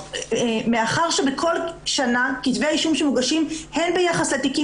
מאחר שבכל שנה כתבי אישום שמוגשים הן ביחס לתיקים